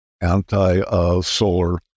anti-solar